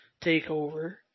takeover